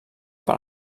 pel